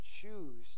choose